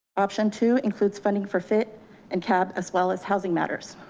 option two includes funding for fit and cab as well as housing matters,